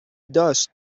داشت